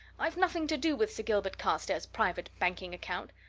i've nothing to do with sir gilbert carstairs' private banking account.